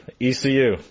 ECU